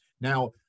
now